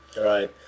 Right